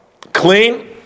clean